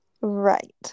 Right